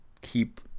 keep